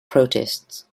protests